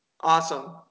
awesome